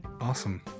Awesome